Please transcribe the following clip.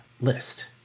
list